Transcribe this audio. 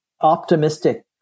optimistic